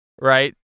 right